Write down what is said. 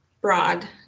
broad